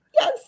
Yes